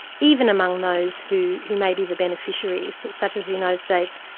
even among those who who may be the beneficiaries, such as the united states,